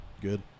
Good